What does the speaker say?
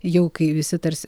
jau kai visi tarsi